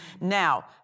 Now